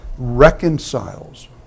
reconciles